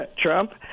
Trump